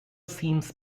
seems